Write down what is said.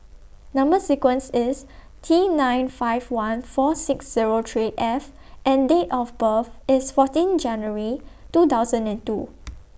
Number sequence IS T nine five one four six Zero three F and Date of birth IS fourteen January two thousand and two